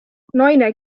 naine